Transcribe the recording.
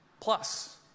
plus